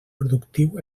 productiu